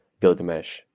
Gilgamesh